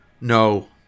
No